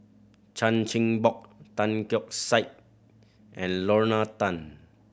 Chan Chin Bock Tan Keong Saik and Lorna Tan